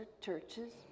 churches